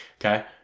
okay